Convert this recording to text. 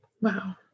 Wow